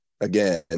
again